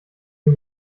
den